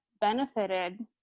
benefited